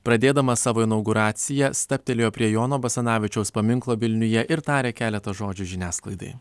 pradėdamas savo inauguraciją stabtelėjo prie jono basanavičiaus paminklo vilniuje ir tarė keletą žodžių žiniasklaidai